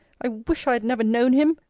i wish i had never known him!